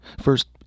First